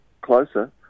closer